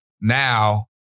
now